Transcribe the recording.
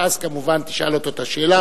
ואז כמובן תשאל אותו את השאלה.